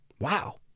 wow